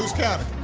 counting?